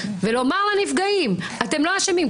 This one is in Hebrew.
ולומר לנפגעים: אתם לא אשמים.